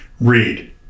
read